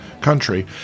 country